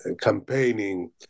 campaigning